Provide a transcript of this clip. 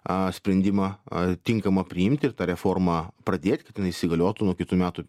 a sprendimą a tinkamą priimti ir tą reformą pradėt kad jinai įsigaliotų nuo kitų metų